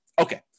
Okay